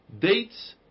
dates